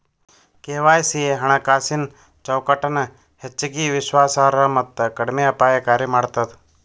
KYC ಹಣಕಾಸಿನ್ ಚೌಕಟ್ಟನ ಹೆಚ್ಚಗಿ ವಿಶ್ವಾಸಾರ್ಹ ಮತ್ತ ಕಡಿಮೆ ಅಪಾಯಕಾರಿ ಮಾಡ್ತದ